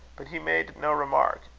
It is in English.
but he made no remark